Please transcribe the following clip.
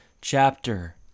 Chapter